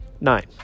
nine